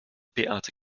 beate